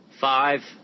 Five